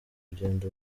kugenda